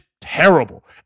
terrible